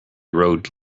road